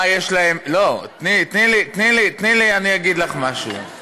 תני לי, אני אגיד לך משהו.